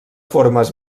formes